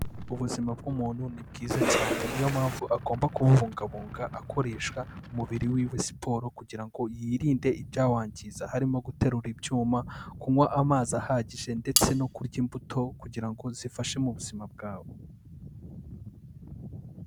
Ubuzima bw'umuntu ni bwiza cyane, niyo mpamvu agomba kubungabunga akoresha umubiri wiwe siporo kugira ngo yirinde ibyawangiza, harimo guterura ibyuma, kunywa amazi ahagije ndetse no kurya imbuto kugira ngo zifashe mu buzima bwawe.